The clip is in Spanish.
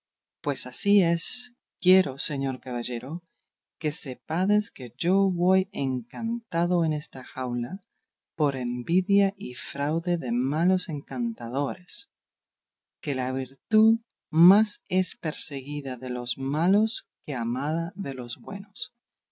pues así es quiero señor caballero que sepades que yo voy encantado en esta jaula por envidia y fraude de malos encantadores que la virtud más es perseguida de los malos que amada de los buenos